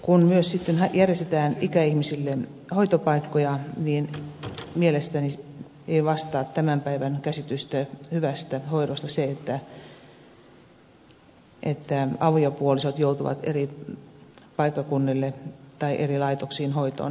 kun myös sitten järjestetään ikäihmisille hoitopaikkoja niin mielestäni ei vastaa tämän päivän käsitystä hyvästä hoidosta se että aviopuolisot joutuvat eri paikkakunnille tai eri laitoksiin hoitoon